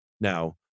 Now